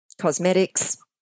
cosmetics